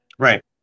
Right